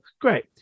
Great